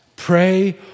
Pray